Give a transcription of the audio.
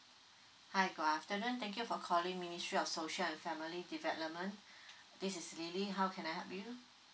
hi good afternoon thank you for calling me ministry of social and family development this is lily how can I help you